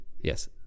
Yes